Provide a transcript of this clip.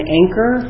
anchor